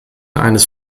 eines